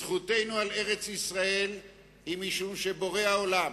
זכותנו על ארץ-ישראל היא משום שבורא העולם